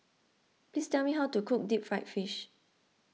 please tell me how to cook Deep Fried Fish